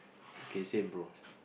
okay same brother